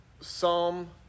psalm